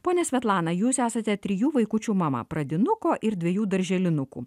ponia svetlana jūs esate trijų vaikučių mama pradinuko ir dviejų darželinukų